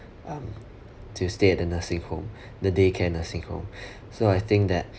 um to stay at the nursing home the day care nursing home so I think that